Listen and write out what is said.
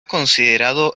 considerado